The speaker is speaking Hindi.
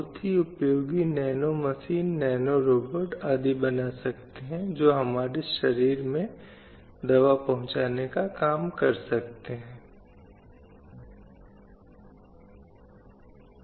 साथ ही साथ महिलाओं को हिंसा के विभिन्न रूपों से बचाने के लिए जो मौजूदा सामाजिक मानदंडों या सामाजिक मान्यताओं और मूल्यों के परिणामस्वरूप समाज में व्याप्त हैं